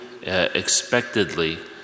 expectedly